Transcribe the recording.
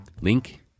Link